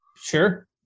Sure